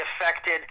affected